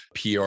PR